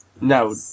No